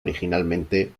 originalmente